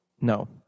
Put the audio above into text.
No